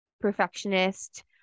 perfectionist